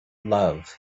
love